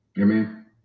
Amen